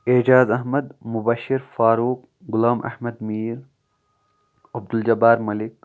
Ejaz Ahmad Mubashir Farooq Ghulam Ahmad Mir Abdul Jabbar Malik